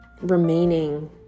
Remaining